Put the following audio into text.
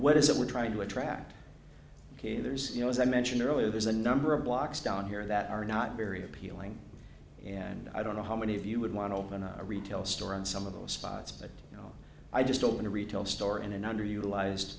what is it we're trying to attract ok there's you know as i mentioned earlier there's a number of blocks down here that are not very appealing and i don't know how many of you would want to open a retail store in some of those spots but you know i just opened a retail store in an underutilized